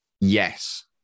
yes